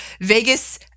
Vegas